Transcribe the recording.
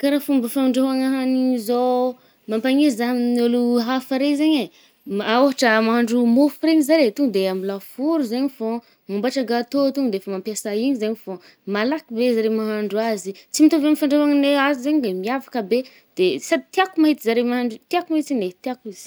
Kà raha fomba fandrahoagna haigny zao oh mampagne zah amin’ôlogno hafa re zagny eh, ôhatra mahandro mofo regny zare, to nde amy la four zaigny fô. mboàtra gateau to ndefa mampiasa igny zaigny fô, malaky be zare mahandro azy. Tsy mitôvy amy fandraoànagne azy zagny, de miavaka be. De sady tiàko mahita zare mahandro-tiàko mitsiny e, tiàko izy.